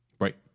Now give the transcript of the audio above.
Right